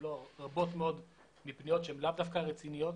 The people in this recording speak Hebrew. פניות רבות מאוד שהן לאו דווקא רציניות